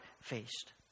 faced